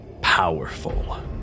powerful